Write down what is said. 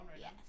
Yes